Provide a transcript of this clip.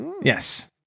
Yes